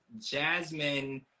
jasmine